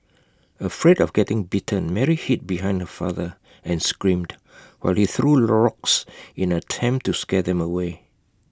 afraid of getting bitten Mary hid behind her father and screamed while he threw rocks in an attempt to scare them away